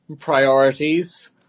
priorities